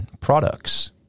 products